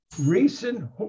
recent